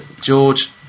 George